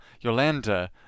Yolanda